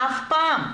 אף פעם.